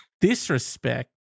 disrespect